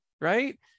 right